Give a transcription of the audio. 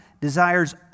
desires